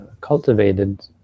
cultivated